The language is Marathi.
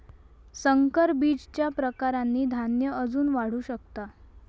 संकर बीजच्या प्रकारांनी धान्य अजून वाढू शकता